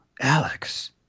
Alex